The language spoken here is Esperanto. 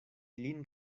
lin